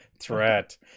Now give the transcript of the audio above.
Threat